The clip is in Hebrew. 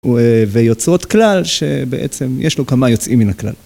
ויוצרות כלל שבעצם יש לו כמה יוצאים מן הכלל.